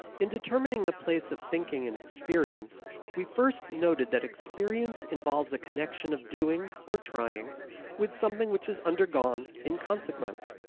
in determining the place of thinking in experience we first noted that experience involves a connection of doing or trying with something which is undergone in consequence.